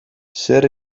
zer